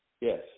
yes